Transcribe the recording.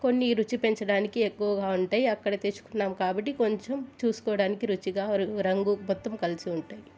కొన్ని రుచి పెంచడానికి ఎక్కువగా ఉంటాయి అక్కడ తెచ్చుకున్నాం కాబట్టి కొంచెం చూసుకోవడానికి రుచిగా రంగు మొత్తం కలిసి ఉంటాయి